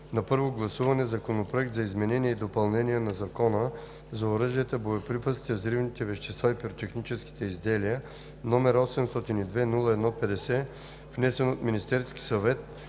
на първо гласуване Законопроект за изменение и допълнение на Закона за оръжията, боеприпасите, взривните вещества и пиротехническите изделия, № 802-01-50, внесен от Министерския съвет